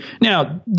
Now